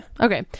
Okay